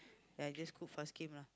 then I just cook fast game lah